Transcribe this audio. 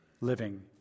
living